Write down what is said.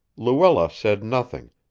luella said nothing,